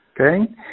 Okay